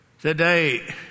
Today